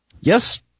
Yes